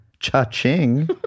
Cha-ching